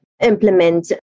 implement